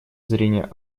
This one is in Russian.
зрения